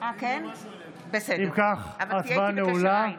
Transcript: אם כך, ההצבעה נעולה.